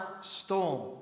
storm